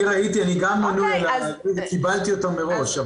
אני ראיתי, קיבלתי אותם מראש.